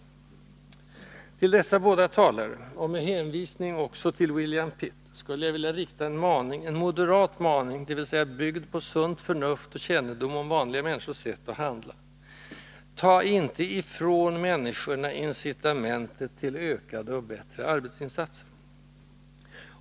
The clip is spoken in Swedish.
Till dessa båda talare — och med hänvisning också till William Pitt — skulle jag vilja rikta en maning, en moderat maning, dvs. byggd på sunt förnuft och kännedom om vanliga människors sätt att tänka och handla: Tag inte ifrån människorna incitamentet till ökade och bättre arbetsinsatser!